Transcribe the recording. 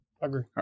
Agree